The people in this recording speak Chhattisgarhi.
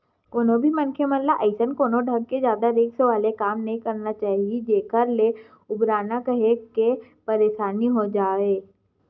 कोनो भी मनखे ल अइसन कोनो ढंग के जादा रिस्क वाले काम नइ करना चाही जेखर ले उबरना काहेक के परसानी हो जावय